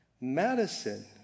Madison